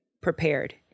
prepared